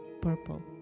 purple